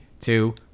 two